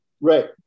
Right